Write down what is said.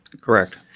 Correct